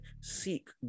seek